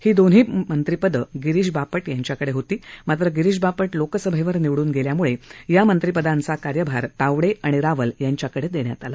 ही दोन्ही मंत्रिपदं गिरीष बापट यांच्याकडे होती मात्र गिरीश बापट लोकसभेवर निवडून गेल्याम्ळे या मंत्रिपदांचा कार्यभार तावडे आणि रावल यांच्याकडे देण्यात आला